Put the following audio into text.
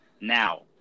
now